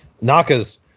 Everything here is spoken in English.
Naka's